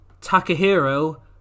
Takahiro